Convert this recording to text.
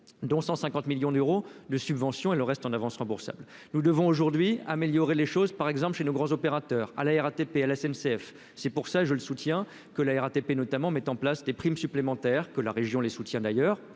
dont 150 millions d'euros de subventions et le reste en avance remboursable, nous devons aujourd'hui améliorer les choses, par exemple chez nos grands opérateurs à la RATP à la SNCF, c'est pour ça, je le soutiens que la RATP notamment, mettent en place des primes supplémentaires que la région, les soutiens d'ailleurs